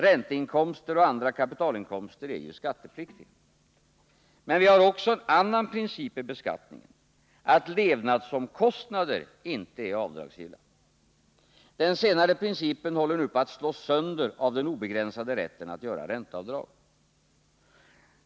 Ränteinkomster och andra kapitalinkomster är ju skattepliktiga. Men vi har också en annan princip i beskattningen, nämligen att levnadskostnader inte är avdragsgilla. Den senare principen håller nu på att slås sönder av den obegränsade rätten att göra ränteavdrag.